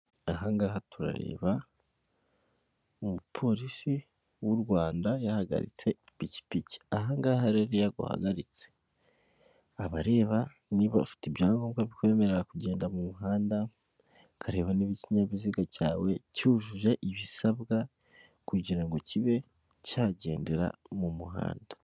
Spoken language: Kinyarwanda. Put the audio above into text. Ahangaha turareba umupolisi w'u Rwanda yahagaritse ipikipiki ahangaha rero iyo aguhagaritse aba areba niba ufite ibyangombwa bikwemerera kugenda mu muhanda akareba niba ikinyabiziga cyawe cyujuje ibisabwa kugira ngo kibe cyagendera mu muhanda.